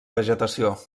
vegetació